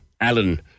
Alan